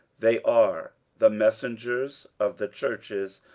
they are the messengers of the churches,